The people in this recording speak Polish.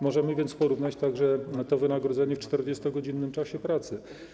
Możemy więc porównać także to wynagrodzenie w 40-godzinnym czasie pracy.